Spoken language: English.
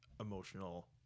emotional